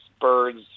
birds